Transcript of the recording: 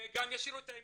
וגם ישירו את ההמנון,